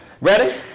Ready